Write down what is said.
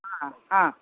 हां हां